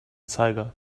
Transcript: zeiger